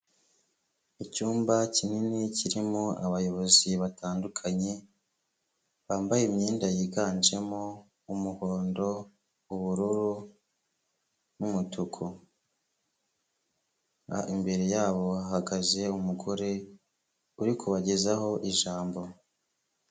Icyumba kinini kirimo abayobozi batandukanye, bambaye imyenda yiganjemo umuhondo, ubururu n'umutuku. Imbere yabo hahagaze umugore, uri kubagezaho ijambo.